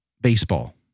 baseball